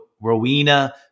Rowena